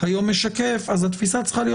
היום משקף, אז התפיסה צריכה להיות